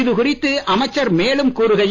இது குறித்து அமைச்சர் மேலும் கூறுகையில்